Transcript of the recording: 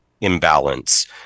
imbalance